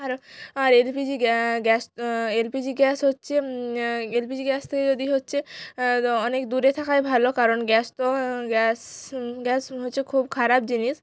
আর আর LPG gas LPG gas হচ্ছে LPG gas থেকে যদি হচ্ছে অনেক দূরে থাকাই ভালো কারণ গ্যাস তো গ্যাস গ্যাস হচ্ছে খুব খারাপ জিনিস